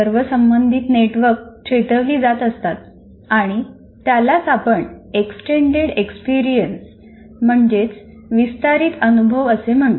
सर्व संबंधित नेटवर्क चेतवली जात असतात आणि त्यालाच आपण एक्सटेंडेड एक्सपेरियन्स असे म्हणतो